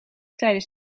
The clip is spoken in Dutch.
tijdens